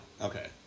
Okay